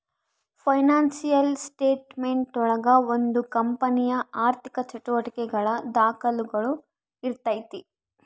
financial statement ಒಳಗ ಒಂದು ಕಂಪನಿಯ ಆರ್ಥಿಕ ಚಟುವಟಿಕೆಗಳ ದಾಖುಲುಗಳು ಇರ್ತೈತಿ